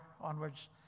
onwards